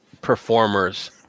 performers